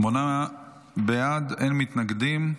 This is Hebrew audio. שמונה בעד, אין מתנגדים,